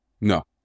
No